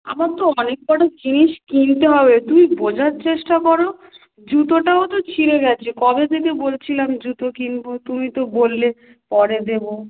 আমার তো অনেক কটা জিনিস কিনতে হবে তুমি বোঝার চেষ্টা করো জুতোটাও তো ছিঁড়ে গেছে কবে থেকে বলছিলাম জুতো কিনবো তুমি তো বললে পরে দেবো